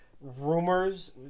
rumors